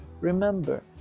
remember